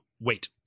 wait